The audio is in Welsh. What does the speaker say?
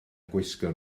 gwisgo